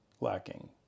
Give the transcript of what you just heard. lacking